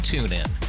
TuneIn